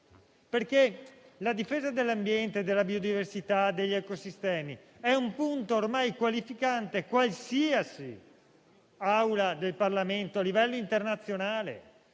perché la difesa dell'ambiente, della biodiversità e degli ecosistemi è un punto ormai qualificante per qualsiasi assemblea parlamentare a livello internazionale.